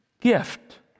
gift